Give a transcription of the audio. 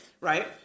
right